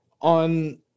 on –